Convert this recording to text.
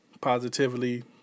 positively